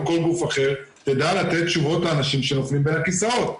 כל גוף אחר תדע לתת תשובות לאנשים שנופלים בין הכיסאות.